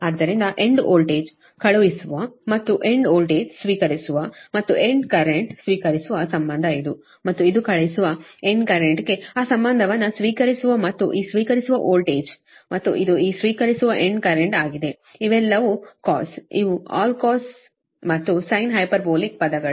ಆದ್ದರಿಂದ end voltage ಕಳುಹಿಸುವ ಮತ್ತು ಎಂಡ್ ವೋಲ್ಟೇಜ್ ಸ್ವೀಕರಿಸುವ ಮತ್ತು ಎಂಡ್ ಕರೆಂಟ್ ಸ್ವೀಕರಿಸುವ ಸಂಬಂಧ ಇದು ಮತ್ತು ಇದು ಕಳುಹಿಸುವ ಎಂಡ್ ಕರೆಂಟ್ಗಿಗಿ ಆ ಸಂಬಂಧವನ್ನು ಸ್ವೀಕರಿಸುವ ಮತ್ತು ಈ ಸ್ವೀಕರಿಸುವ ವೋಲ್ಟೇಜ್ ಮತ್ತು ಇದು ಈ ಸ್ವೀಕರಿಸುವ ಎಂಡ್ ಕರೆಂಟ್ ಆಗಿದೆ ಇವೆಲ್ಲವೂ cos ಇವು ಆಲ್ cos ಮತ್ತು sine ಹೈಪರ್ಬೋಲಿಕ್ ಪದಗಳು